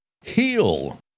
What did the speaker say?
heal